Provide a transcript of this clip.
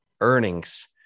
earnings